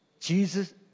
Jesus